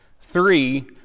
Three